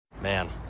Man